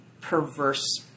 perverse